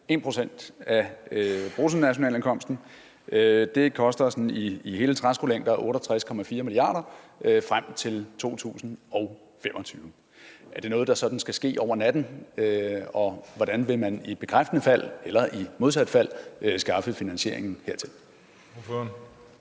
1 pct. af bruttonationalindkomsten. Det koster sådan i hele træskolængder 68,4 mia. kr. frem til 2025. Er det noget, der sådan skal ske over natten, og hvordan vil man i bekræftende fald eller i modsat fald skaffe finansiering hertil?